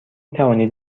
توانید